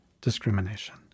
discrimination